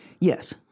Yes